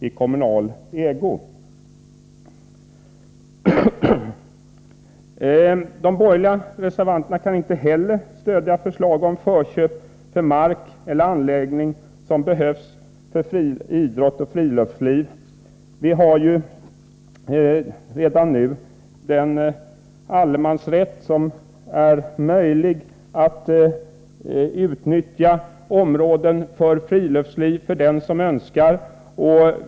Inte heller kan de borgerliga reservanterna stödja förslaget om förköp för mark eller anläggning som behövs för idrott och friluftsliv. Redan nu har vi ju allemansrätten som gör det möjligt för den som så önskar att utnyttja områden för friluftsliv.